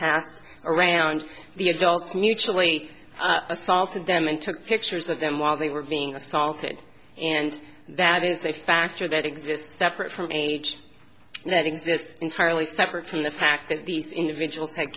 passed around the adults mutually assaulted them and took pictures of them while they were being assaulted and that is a factor that exists separate from age that exists entirely separate from the fact that these individual